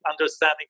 understanding